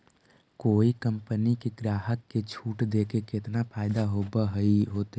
कोई कंपनी के ग्राहक के छूट देके केतना फयदा होब होतई?